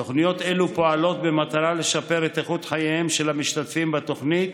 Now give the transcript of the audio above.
תוכניות אלה פועלות במטרה לשפר את איכות חייהם של המשתתפים בתוכנית